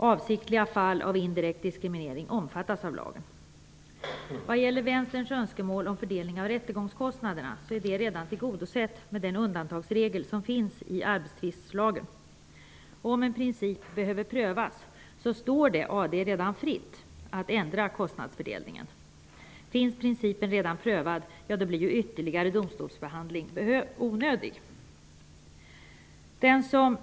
Avsiktliga fall av indirekt diskriminering omfattas av lagen. Vänsterns önskemål om fördelning av rättegångskostnaderna är redan tillgodosett med den undantagsregel som finns i arbetstvistlagen. Om en princip behöver prövas står det AD redan fritt att ändra kostnadsfördelningen. Finns principen redan prövad blir ju ytterligare domstolsbehandling onödig.